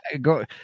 go